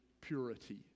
purity